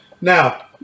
Now